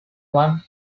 one